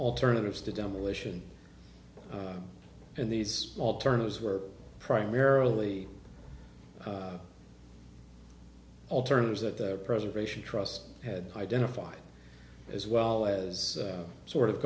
alternatives to demolition and these alternatives were primarily alternatives that the preservation trust had identified as well as sort of